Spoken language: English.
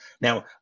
Now